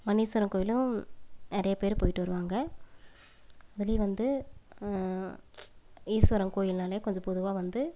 மனீஸ்வரன் கோவிலும் நிறையா பேர் போய்ட்டு வருவாங்க அதுலேயும் வந்து ஈஸ்வரன் கோவில்னாலே கொஞ்சம் பொதுவாக வந்து